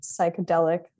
psychedelic